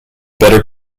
better